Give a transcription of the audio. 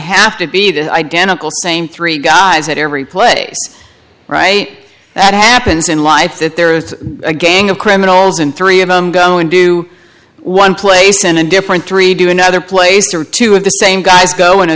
have to be the identical same three guys that every play right that happens in life that there is a gang of criminals and three of them go and do one place and a different three do another place or two of the same guys go in a